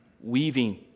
weaving